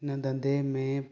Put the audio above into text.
हिन धंधे में